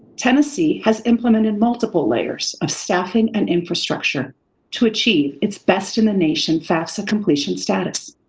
tennessee has implemented multiple layers of staffing and infrastructure to achieve its best in the nation fafsa completion status.